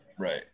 Right